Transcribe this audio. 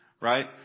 right